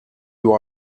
you